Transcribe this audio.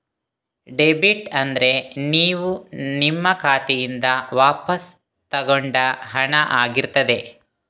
debit ಅಂದ್ರೆ ನೀವು ನಿಮ್ಮ ಖಾತೆಯಿಂದ ವಾಪಸ್ಸು ತಗೊಂಡ ಹಣ ಆಗಿರ್ತದೆ